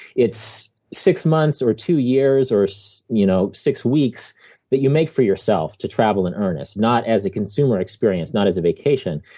it's six months or two years, or so you know six weeks that you make for yourself to travel in earnest, not as a consumer experience, not as a vacation,